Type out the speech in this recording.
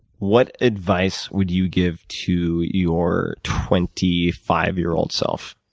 what advice would you give to your twenty five year old self?